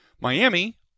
Miami